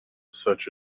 such